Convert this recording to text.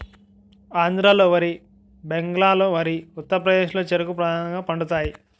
ఆంధ్రాలో వరి బెంగాల్లో వరి ఉత్తరప్రదేశ్లో చెరుకు ప్రధానంగా పండుతాయి